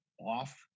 off